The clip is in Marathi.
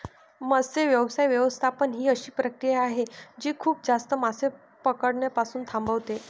मत्स्य व्यवसाय व्यवस्थापन ही अशी प्रक्रिया आहे जी खूप जास्त मासे पकडणे पासून थांबवते